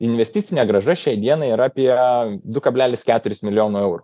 investicinė grąža šiai dienai yra apie du klablelis keturis milijono eurų